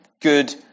good